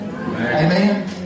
Amen